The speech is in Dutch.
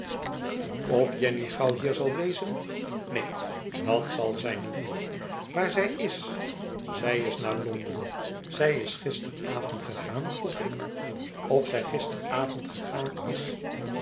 of jenny gauw hier zal wezen neen dat zal zij niet waar zij is zij is naar londen zij is gisteravond gegaan vroeg ik of zij gisteravond gegaan is